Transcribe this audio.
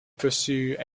pursue